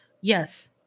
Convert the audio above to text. yes